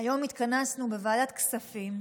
היום התכנסנו בוועדת כספים,